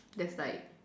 there's like